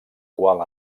qual